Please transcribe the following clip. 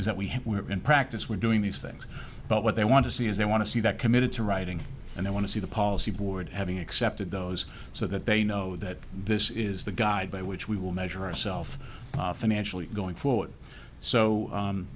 is that we have in practice we're doing these things but what they want to see is they want to see that committed to writing and i want to see the policy board having accepted those so that they know that this is the guide by which we will measure ourself financially going forward so